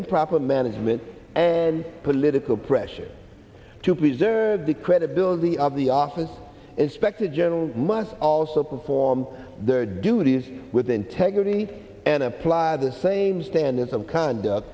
improper management and political pressure to preserve the credibility of the asas inspector general must also perform their duties with integrity and apply the same standards of conduct